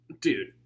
dude